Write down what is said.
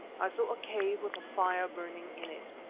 i saw a cave with a fire burning in it.